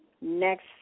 next